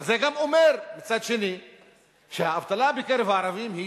אבל מצד שני זה גם אומר שהאבטלה בקרב הערבים היא